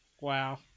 Wow